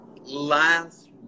last